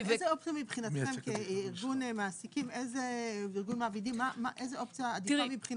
מבחינתכם כארגון מעבידים, איזו אופציה עדיפה?